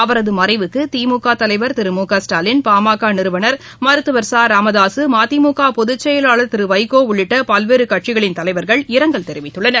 அவரதமறைவுக்குதிமுகதலைவர் திரு மு க ஸ்டாலின் பாமகநிறுவனர் மருத்துவர் ச ராமதாக மதிமுகபொதுச்செயலாளா் திருவைகோஉள்ளிட்டபல்வேறுகட்சிகளின் தலைவா்கள் இரங்கல் தெரிவித்துள்ளனர்